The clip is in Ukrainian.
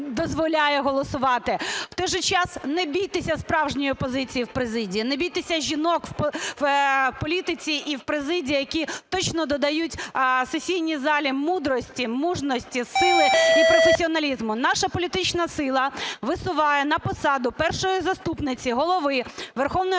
В той же час не бійтеся справжньої опозиції в президії, не бійтеся жінок у політиці і в президії, які точно додають сесійній залі мудрості, мужності, сили і професіоналізму. Наша політична сила висуває на посаду першої заступниці Голови Верховної Ради